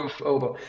over